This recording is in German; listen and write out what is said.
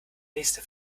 nächste